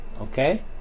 Okay